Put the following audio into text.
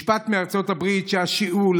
מחקר מארצות הברית שהשיעול,